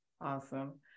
Awesome